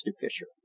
Fisher